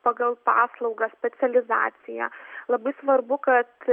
pagal paslaugas specializaciją labai svarbu kad